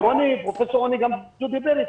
ופרופ' רוני גמזו דיבר איתם.